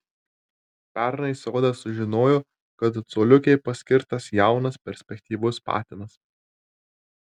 pernai sodas sužinojo kad coliukei paskirtas jaunas perspektyvus patinas